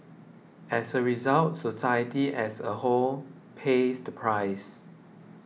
as a result society as a whole pays the price